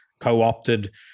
co-opted